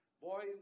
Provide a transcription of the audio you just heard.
Boys